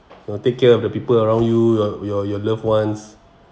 you'll take care of the people around you your your your loved ones